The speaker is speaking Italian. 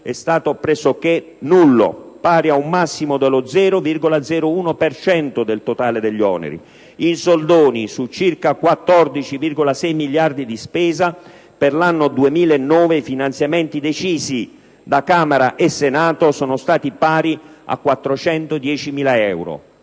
è stato pressoché nullo, pari a un massimo dello 0,01 per cento del totale degli oneri: in soldoni, su circa 14,6 miliardi di spesa per l'anno 2009, i finanziamenti decisi da Camera e Senato sono stati pari a 410.000 euro.